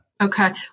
Okay